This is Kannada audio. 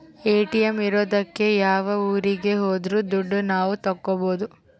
ಎ.ಟಿ.ಎಂ ಇರೋದಕ್ಕೆ ಯಾವ ಊರಿಗೆ ಹೋದ್ರು ದುಡ್ಡು ನಾವ್ ತಕ್ಕೊಬೋದು